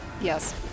Yes